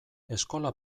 eskola